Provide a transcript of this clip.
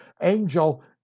angel